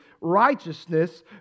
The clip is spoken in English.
righteousness